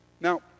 Now